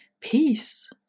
peace